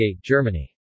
Germany